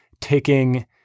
taking